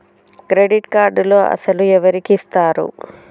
Credit కార్డులు అసలు ఎవరికి ఇస్తారు?